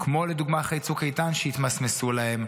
כמו לדוגמה אחרי צוק איתן, שהתמסמסו להם,